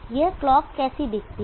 यह क्लॉक कैसी दिखती है